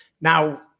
Now